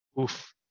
oof